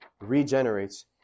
regenerates